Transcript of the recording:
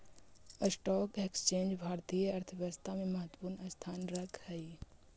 stock exchange भारतीय अर्थव्यवस्था में महत्वपूर्ण स्थान रखऽ हई